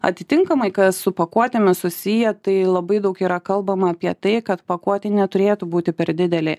atitinkamai kas su pakuotėmis susiję tai labai daug yra kalbama apie tai kad pakuotėj neturėtų būti per didelė